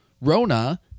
Rona